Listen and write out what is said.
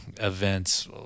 events